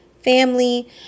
family